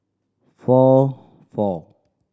four four